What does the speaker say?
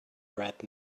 rat